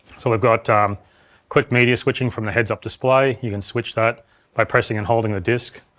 so we've got um quick media switching from the heads-up display, you can switch that by pressing and holding the disk